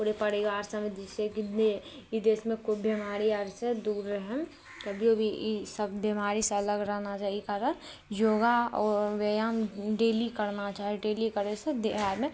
पूरे परिवार सभ जाहि सऽ ई देशमे कोइ बीमारी आबै से दूर रहै कभियो भी ई सभ बीमारी से अलग रहना चाही ई कारण योगा आ व्यायाम डेली करना चाही डेली करैसँ देह आरमे